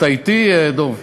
אתה אתי, דב?